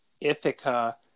Ithaca